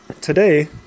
today